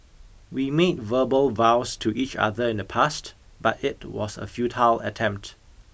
we made verbal vows to each other in the past but it was a futile attempt